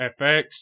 FX